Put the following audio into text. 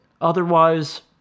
Otherwise